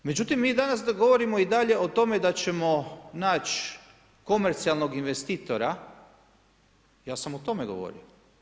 Međutim, mi danas govorimo i dalje o tome, da ćemo naći komercionalnog investitora, ja sam o tome govorio.